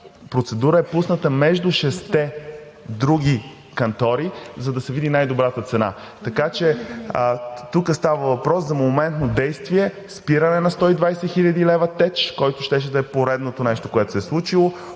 процедура е пусната между шестте други кантори, за да се види най-добрата цена. Така че тук става въпрос за моментно действие – спиране на 120 хил. лв. теч, който щеше да е поредното нещо, което се е случило,